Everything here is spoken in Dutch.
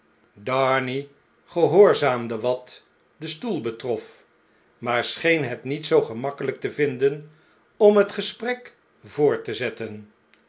darnay gehoorzaamde wat den stoel betrof maar scheen het niet zoo gemakkelp tevinden om het gesprek voort te zetten